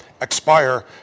expire